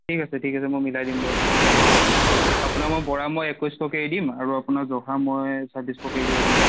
ঠিক আছে ঠিক আছে মই মিলাই দিম বাৰু আপোনাৰ মই বৰা মই একৈছশকেই দিম আৰু আপোনাৰ জহা মই ছাব্বিছশকেই দিব পাৰিম